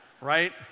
Right